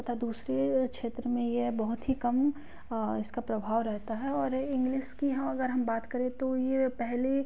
तथा दूसरे क्षेत्र में ये बहुत ही कम इसका प्रभाव रहता है और इंग्लिस की हम अगर हम बात करें तो ये पहले